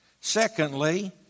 Secondly